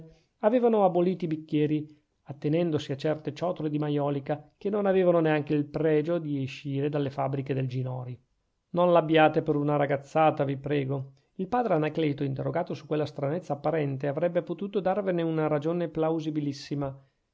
avevano aboliti i bicchieri attenendosi a certe ciotole di maiolica che non avevano neanche il pregio di escire dalle fabbriche del ginori non l'abbiate per una ragazzata vi prego il padre anacleto interrogato su quella stranezza apparente avrebbe potuto darvene una ragione plausibilissima